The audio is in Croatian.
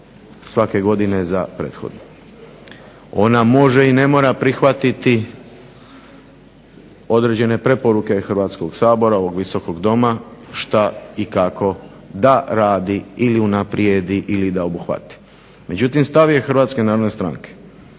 svake godine za prethodnu. Ona može i ne mora prihvatiti određene preporuke Hrvatskog sabora, ovog Visokog doma šta i kako da radi ili unaprijedi ili da obuhvati. Međutim, stav je Hrvatske narodne stranke